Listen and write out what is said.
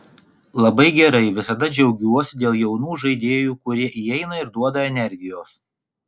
labai gerai visada džiaugiuosi dėl jaunų žaidėjų kurie įeina ir duoda energijos